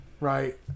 right